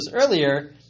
earlier